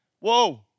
Whoa